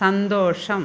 സന്തോഷം